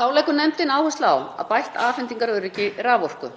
Þá leggur nefndin áherslu á bætt afhendingaröryggi raforku.